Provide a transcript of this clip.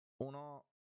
uno